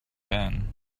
ben